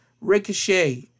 Ricochet